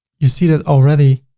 you see that already.